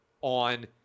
on